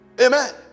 Amen